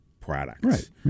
products